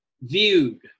viewed